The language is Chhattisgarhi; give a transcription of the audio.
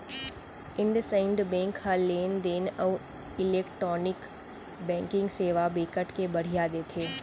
इंडसइंड बेंक ह लेन देन अउ इलेक्टानिक बैंकिंग सेवा बिकट बड़िहा देथे